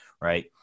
right